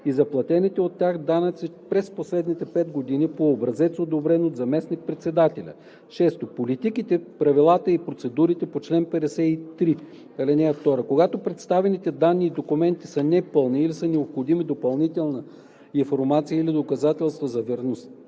и за платените от тях данъци през последните 5 години по образец, одобрен от заместник председателя; 6. политиките, правилата и процедурите по чл. 53. (2) Когато представените данни и документи са непълни или са необходими допълнителна информация или доказателства за верността